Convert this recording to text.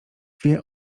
wie